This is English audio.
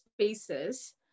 spaces